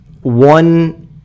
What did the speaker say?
one